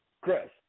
Chris